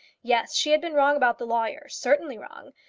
yes she had been wrong about the lawyer certainly wrong.